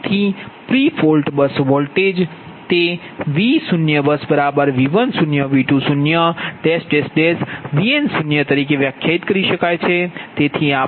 તેથી pre fault bus voltage તે VBUS0V10 V20 Vr0 Vn0 તરીકે વ્યાખ્યાયિત કરી શકાય છે